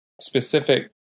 specific